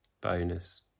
bonus